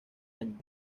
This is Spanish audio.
año